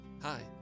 Hi